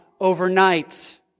overnight